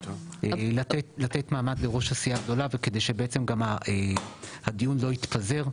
לתת מעמד לראש הסיעה הגדולה כדי שגם הדיון לא יתפזר,